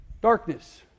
darkness